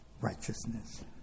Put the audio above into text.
righteousness